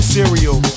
Cereal